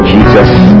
Jesus